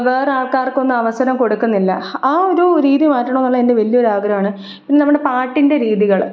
വേറാൾക്കാർക്കൊന്നും അവസരം കൊടുക്കുന്നില്ല ആ ഒരു രീതി മാറ്റണമെന്നുള്ള എൻ്റെ വലിയ ഒരു ആഗ്രഹാണ് പിന്നെ നമ്മുടെ പാട്ടിൻ്റെ രീതികള്